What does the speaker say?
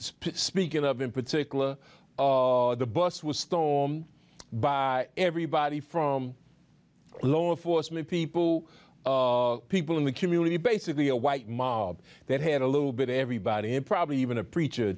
speaking of in particular the bus was stormed by everybody from law enforcement people people in the community basically a white mob that had a little bit everybody in probably even a preacher